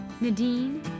Nadine